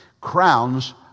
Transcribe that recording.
Crowns